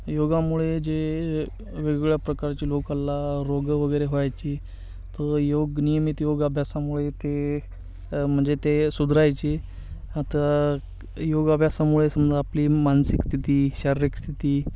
योगामुळे जे वेगवेगळ्या प्रकारची लोकंला रोगं वगैरे व्हायची तर योग नियमित योग अभ्यासामुळे ते म्हणजे ते सुधारायचे आता योग अभ्यासामुळे समजा आपली मानसिक स्थिती शारीरिक स्थिती